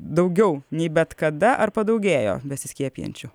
daugiau nei bet kada ar padaugėjo besiskiepijančių